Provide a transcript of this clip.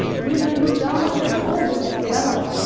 women who dance and horses that gallop.